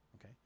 Okay